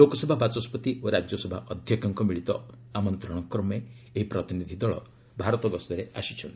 ଲୋକସଭା ବାଚସ୍କତି ଓ ରାଜ୍ୟସଭା ଅଧ୍ୟକ୍ଷଙ୍କ ମିଳିତ ଆମନ୍ତ୍ରଣ କ୍ରମେ ଏହି ପ୍ରତିନିଧି ଦଳ ଭାରତ ଗସ୍ତରେ ଆସିଛନ୍ତି